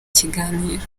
kiganiro